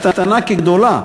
קטנה כגדולה,